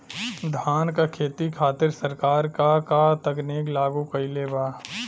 धान क खेती खातिर सरकार का का तकनीक लागू कईले बा?